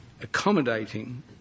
Accommodating